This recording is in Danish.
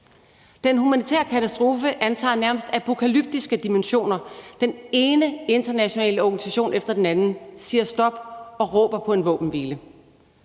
Den humanitære katastrofe antager nærmest apokalyptiske dimensioner. Den ene internationale organisation efter den anden siger stop og råber på en våbenhvile.